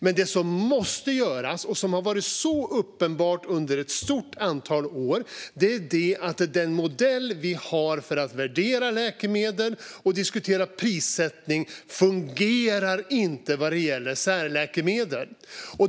Men något måste göras åt det som har varit uppenbart under ett stort antal år, att den modell vi har för att värdera läkemedel och diskutera prissättning inte fungerar vad gäller särläkemedel.